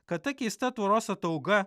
kad ta keista tvoros atauga